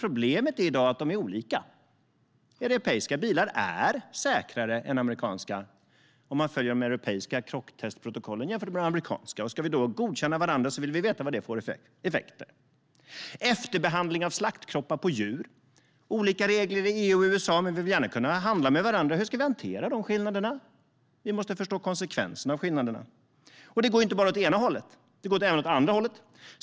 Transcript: Problemet är att de är olika. Europeiska bilar blir säkrare än amerikanska, om man följer de europeiska krocktestprotokollen jämfört med de amerikanska. Ska vi då godkänna varandras vill vi veta vad det får för effekter. Vad gäller efterbehandling av slaktkroppar av djur är det olika regler i EU och i USA, men vi vill gärna kunna handla med varandra. Hur ska vi hantera dessa skillnader? Vi måste förstå konsekvenserna av skillnaderna. Det går inte bara åt ena hållet.